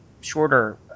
shorter